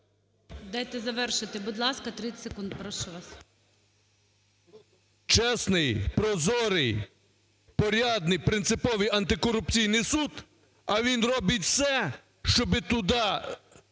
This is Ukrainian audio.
Дайте завершити, будь ласка, 30 секунд. Прошу вас. БАРНА О.С. …чесний, прозорий, порядний, принциповий антикорупційний суд. А він робить все, щоби туди